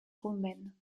romaine